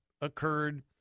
occurred